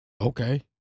Okay